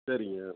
சரிங்க